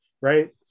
right